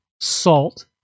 salt